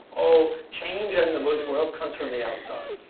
oh, change in the buddhist world comes from the outside.